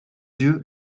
yeux